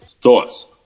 Thoughts